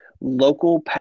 local